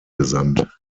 gesandt